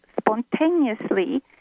spontaneously